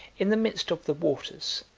in the midst of the waters,